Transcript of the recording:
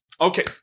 Okay